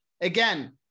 again